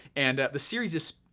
and the series is,